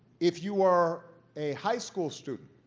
if you are a high school student